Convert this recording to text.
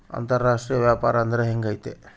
ಅಂತರಾಷ್ಟ್ರೇಯ ವ್ಯಾಪಾರ ಅಂದ್ರೆ ಹೆಂಗಿರ್ತೈತಿ?